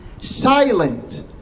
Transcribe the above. silent